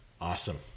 Awesome